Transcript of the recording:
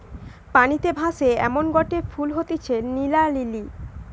পানিতে ভাসে এমনগটে ফুল হতিছে নীলা লিলি